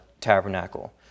tabernacle